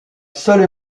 seule